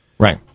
Right